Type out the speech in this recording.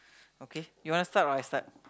okay you want to start or I start